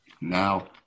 Now